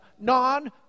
non